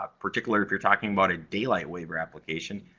ah particularly if you're talking about a daylight waiver application,